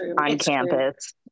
on-campus